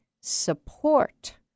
support